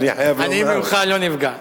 אני ממך לא נפגע.